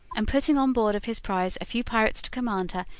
and putting on board of his prize a few pirates to command her,